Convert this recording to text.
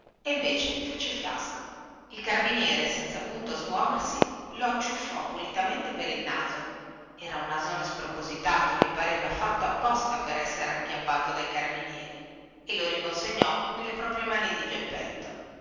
e invece fece fiasco il carabiniere senza punto smoversi lo acciuffò pulitamente per il naso era un nasone spropositato che pareva fatto apposta per essere acchiappato dai carabinieri e lo riconsegnò nelle proprie mani di geppetto